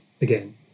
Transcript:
again